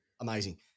amazing